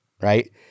right